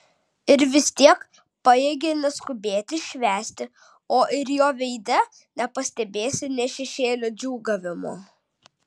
ir vis tiek pajėgia neskubėti švęsti o ir jo veide nepastebėsi nė šešėlio džiūgavimo